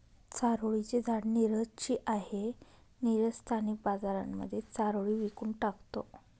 चारोळी चे झाड नीरज ची आहे, नीरज स्थानिक बाजारांमध्ये चारोळी विकून टाकतो